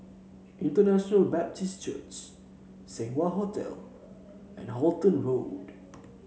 International Baptist Church Seng Wah Hotel and Halton Road